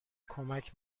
کمک